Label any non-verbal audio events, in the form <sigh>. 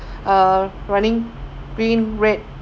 <breath> uh running green red